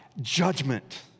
judgment